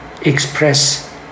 Express